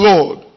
Lord